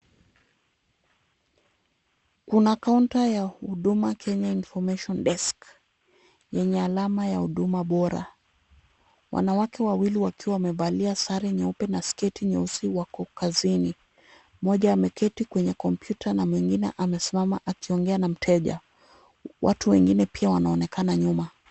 Kuna kaunta ya huduma Kenya information desk yenye alama ya huduma bora. Wanawake wawili wakiwa wamevalia sare nyeupe na sketi nyeusi wako kazini. Mmoja ameketi kwenye kompyuta na mwingine amesimama akiongea na mteja. Watu wengine pia wanaonekana nyuma.